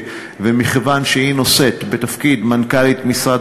ומכיוון שהיא נושאת בתפקיד מנכ"לית משרד